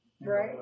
Right